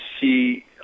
see